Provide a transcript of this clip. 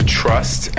trust